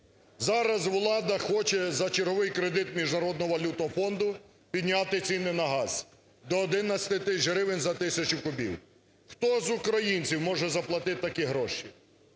Зараз влада хоче за черговий кредит Міжнародного валютного фонду підняти ціни на газ до 11 тисяч гривень за тисячу кубів. Хто з українців може заплатити такі гроші?